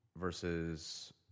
versus